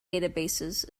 databases